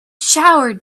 showered